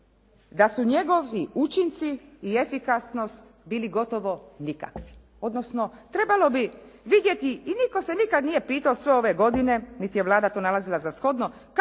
da su njegovi učinci i efikasnost bili gotovo nikakvi, odnosno trebalo bi vidjeti i nitko se nikad nije pitao sve ove godine, niti je Vlada tu nalazila za shodno